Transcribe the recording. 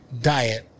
diet